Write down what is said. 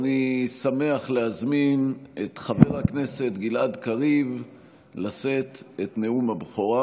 אני שמח להזמין את חבר הכנסת גלעד קריב לשאת את נאום הבכורה.